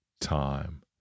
time